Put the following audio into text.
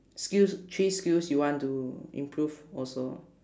skills three skills you want to improve also